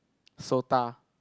Sota